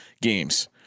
games